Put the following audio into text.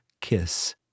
Kiss